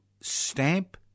stamp